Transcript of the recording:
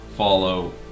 follow